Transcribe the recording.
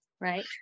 Right